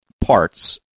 parts